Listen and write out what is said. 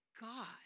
God